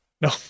No